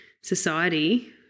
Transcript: society